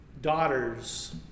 daughters